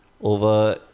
over